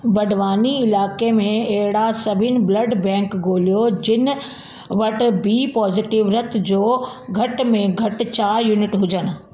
बड़वानी इलाइक़े में अहिड़ा सभई ब्लड बैंक ॻोल्हियो जिन वटि बी पॉज़िटिव रत जा घटि में घटि चारि यूनिट हुजनि